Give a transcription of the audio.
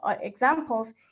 examples